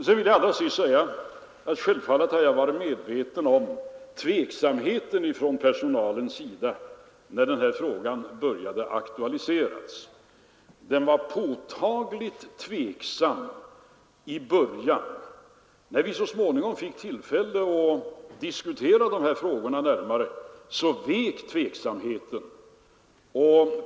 Självfallet har jag varit medveten om personalens tveksamhet när denna fråga aktualiserades. Personalen var påtagligt tveksam i början. När vi så småningom fick tillfälle att diskutera dessa frågor närmare, vek tveksamheten.